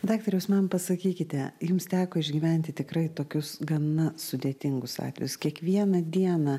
daktare jūs man pasakykite jums teko išgyventi tikrai tokius gana sudėtingus atvejus kiekvieną dieną